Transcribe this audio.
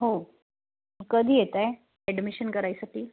हो कधी येत आहे ॲडमिशन करायसाठी